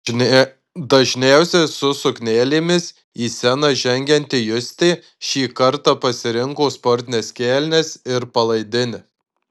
dažniausiai su suknelėmis į sceną žengianti justė šįkart pasirinko sportines kelnes ir palaidinę